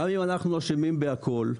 גם אם אנחנו אשמים בכל,